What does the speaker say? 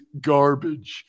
garbage